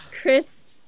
Chris